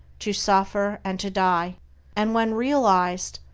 to suffer, and to die and when realized,